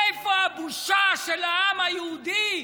איפה הבושה של העם היהודי,